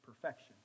perfection